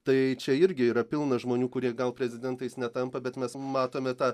tai čia irgi yra pilna žmonių kurie gal prezidentais netampa bet mes matome tą